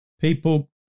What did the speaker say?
people